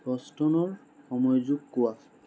বষ্টনৰ সময়টো কোৱা